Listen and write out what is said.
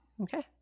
Okay